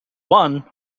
one